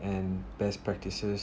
and best practices